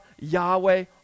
yahweh